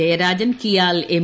Jayarajan KIAL M